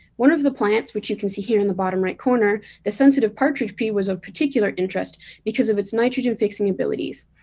one of the plants, which you can see here in the bottom right, the sensitive partridge pea was of particular interest because of its nitrogen fixing abilities.